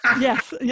yes